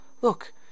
Look